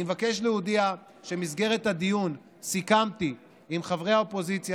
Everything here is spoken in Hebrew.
אני מבקש להודיע שבמסגרת הדיון סיכמתי עם חברי האופוזיציה